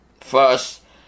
first